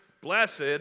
blessed